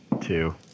Two